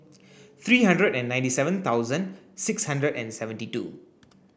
three hundred and ninety seven thousand six hundred and seventy two